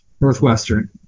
Northwestern